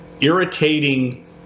irritating –